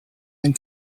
and